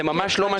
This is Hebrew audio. זה ממש לא מה